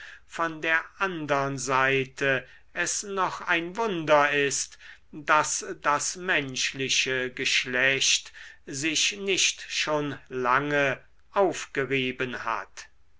von der andern seite es noch ein wunder ist daß das menschliche geschlecht sich nicht schon lange aufgerieben hat